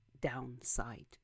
downside